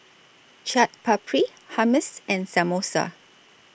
Chaat Papri Hummus and Samosa